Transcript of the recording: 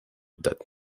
that